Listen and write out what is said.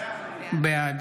בעד